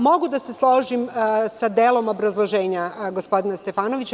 Mogu da se složim sa delom obrazloženja gospodina Stefanovića.